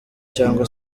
cyangwa